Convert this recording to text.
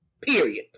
Period